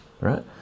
right